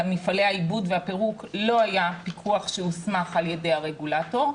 על מפעלי העיבוד והפירוק לא היה פיקוח שהוסמך על ידי הרגולטור.